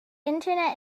internet